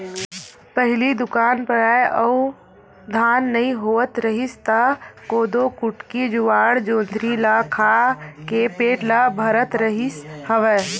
पहिली दुकाल परय अउ धान नइ होवत रिहिस त कोदो, कुटकी, जुवाड़, जोंधरी ल खा के पेट ल भरत रिहिस हवय